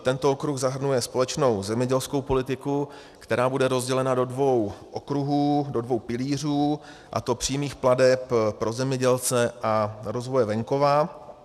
Tento okruh zahrnuje společnou zemědělskou politiku, která bude rozdělena do dvou okruhů, do dvou pilířů, a to přímých plateb pro zemědělce a rozvoje venkova.